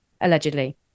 allegedly